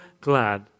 glad